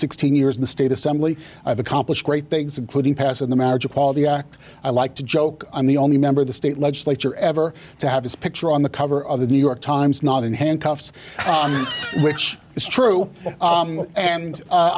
sixteen years in the state assembly i've accomplished great things including pass in the marriage equality act i like to joke i'm the only member of the state legislature ever to have his picture on the cover of the new york times not in handcuffs which is true and